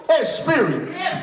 experience